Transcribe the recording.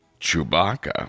Chewbacca